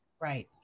Right